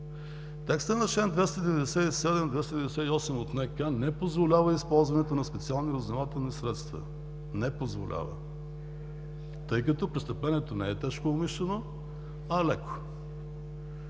Текстът на чл. 297 – 298 от Наказателния кодекс не позволява използването на специални разузнавателни средства. Не позволява, тъй като престъплението не е тежко, умишлено, а леко.